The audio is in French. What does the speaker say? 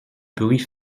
bruits